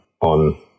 on